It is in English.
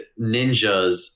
ninjas